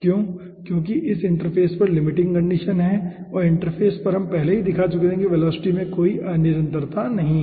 क्यों क्योंकि यह इंटरफ़ेस पर लिमिटिंग कंडीशन है और इंटरफ़ेस पर हम पहले ही दिखा चुके हैं कि वेलोसिटी में कोई अनिरंतरता नहीं है